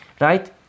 Right